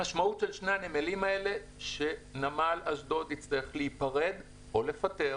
המשמעות של שני הנמלים האלה היא שנמל אשדוד יצטרך להיפרד או לפטר